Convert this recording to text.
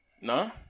No